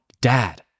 Dad